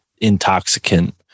intoxicant